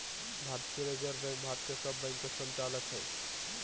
भारतीय reserve bank Bharat के सब बैंक के संचालक हइ